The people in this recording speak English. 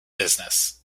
business